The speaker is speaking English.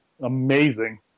amazing